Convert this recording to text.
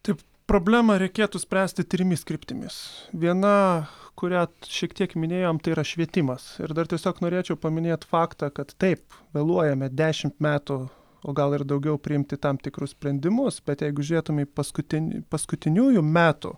taip problemą reikėtų spręsti trimis kryptimis viena kurią šiek tiek minėjom tai yra švietimas ir dar tiesiog norėčiau paminėt faktą kad taip vėluojame dešimt metų o gal ir daugiau priimti tam tikrus sprendimus bet jeigu žiūrėtume į paskutin paskutiniųjų metų